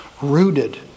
Rooted